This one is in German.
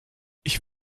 ich